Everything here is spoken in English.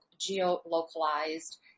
geo-localized